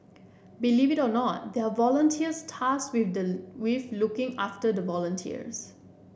believe it or not there are volunteers tasked with the with looking after the volunteers